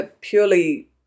purely